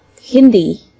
Hindi